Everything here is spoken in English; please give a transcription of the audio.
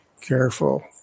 careful